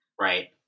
Right